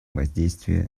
воздействие